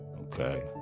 okay